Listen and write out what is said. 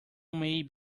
may